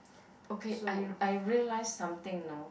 okay I I realise something you know